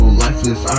lifeless